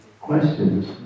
questions